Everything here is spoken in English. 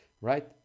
right